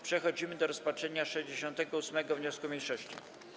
Przechodzimy do rozpatrzenia 68. wniosku mniejszości.